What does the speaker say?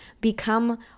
become